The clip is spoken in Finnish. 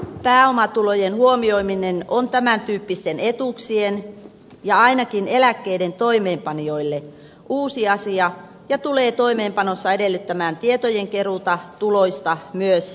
pääomatulojen huomioiminen on tämän tyyppisten etuuksien ja ainakin eläkkeiden toimeenpanijoille uusi asia ja tulee toimeenpanossa edellyttämään tietojen keruuta tuloista myös jälkikäteen